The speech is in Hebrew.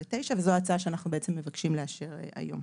וזו ההצעה שאנחנו בעצם מבקשים לאשר היום.